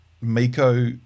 Miko